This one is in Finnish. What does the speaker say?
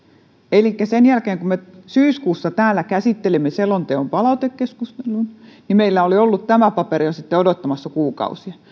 elikkä kun me syyskuussa täällä käsittelimme selonteon palautekeskustelua meillä oli ollut tämä paperi odottamassa jo kuukausia